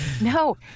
No